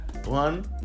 one